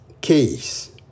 case